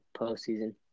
postseason